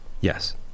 Yes